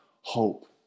hope